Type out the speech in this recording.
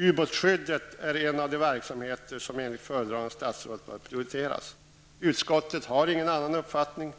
Ubåtsskyddet är en av de verksamheter som enligt föredragande statsrådet bör prioriteras. Utskottet har ingen annan uppfattning.